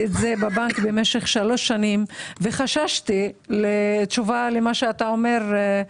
את זה בבנק במשך שלוש שנים וחששתי לתשובה למה שאתה אומר,